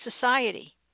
society